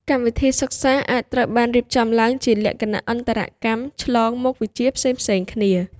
កម្មវិធីសិក្សាអាចត្រូវបានរៀបចំឡើងជាលក្ខណៈអន្តរកម្មឆ្លងមុខវិជ្ជាផ្សេងៗគ្នា។